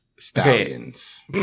Stallions